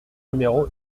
numéro